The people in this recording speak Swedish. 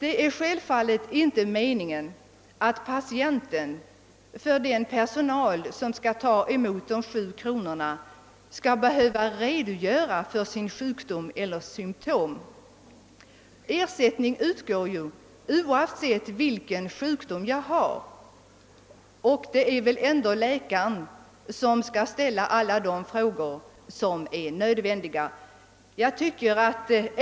Det är självfallet inte meningen att patienten inför den personal som skall ta emot de 7 kronorna skall behöva redogöra för sin sjukdom eller för sina symptom. Ersättningen utgår ju oavsett vilken sjukdom det gäller, och det är läkaren som skall ställa de frågor som behöver ställas.